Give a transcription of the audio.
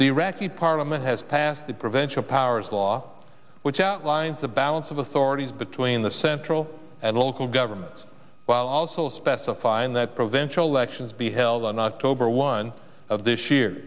the iraqi parliament has passed that prevention powers law which outlines a balance of authorities between the central and local governments while also specifying that provenge elections be held in october one of this year